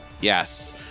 Yes